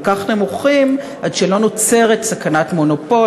כך נמוכים עד שלא נוצרת סכנת מונופול?